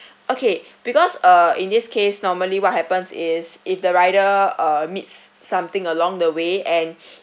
okay because uh in this case normally what happens is if the rider uh meets something along the way and